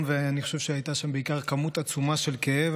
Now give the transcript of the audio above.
ואני חושב שהייתה שם בעיקר כמות עצומה של כאב,